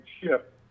ship